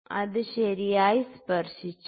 അത് ശരിയായി സ്പർശിച്ചു